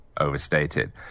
overstated